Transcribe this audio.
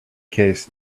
case